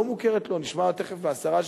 נשמע תיכף מהשרה,